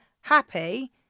happy